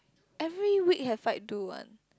every week have fight do one